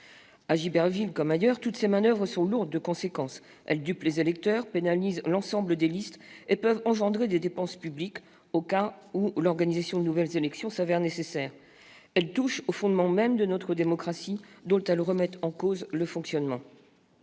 À Giberville comme ailleurs, toutes ces manoeuvres sont lourdes de conséquences : elles dupent les électeurs, pénalisent l'ensemble des listes et peuvent engendrer des dépenses publiques, lorsque de nouvelles élections sont nécessaires. Elles touchent au fondement même de notre démocratie, dont elles remettent en cause le fonctionnement.